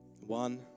One